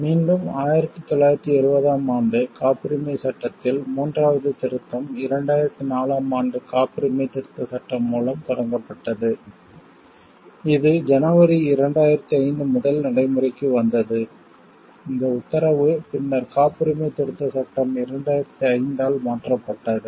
மீண்டும் 1970 ஆம் ஆண்டு காப்புரிமைச் சட்டத்தில் மூன்றாவது திருத்தம் 2004 ஆம் ஆண்டு காப்புரிமை திருத்தச் சட்டம் மூலம் தொடங்கப்பட்டது இது ஜனவரி 2005 முதல் நடைமுறைக்கு வந்தது இந்த உத்தரவு பின்னர் காப்புரிமை திருத்தச் சட்டம் 2005 ஆல் மாற்றப்பட்டது